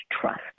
trust